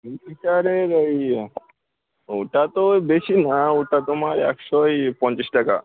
জুপিটারের ওই ওটা তো ওই বেশি না ওটা তোমার একশো ওই পঞ্চাশ টাকা